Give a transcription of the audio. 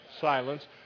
silence